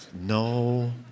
No